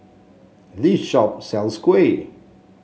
this shop sells Kuih